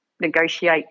negotiate